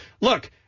look